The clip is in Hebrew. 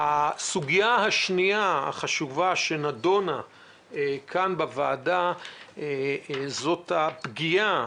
הסוגיה השנייה שנדונה כאן בוועדה היא הפגיעה